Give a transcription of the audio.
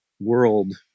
world